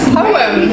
poem